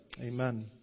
Amen